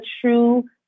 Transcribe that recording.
true